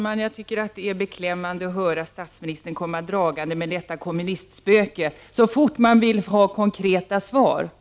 Herr talman! Det är beklämmande att höra statsministern komma dragande med detta kommunistspöke så fort man vill ha konkreta svar.